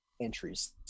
entries